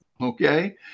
Okay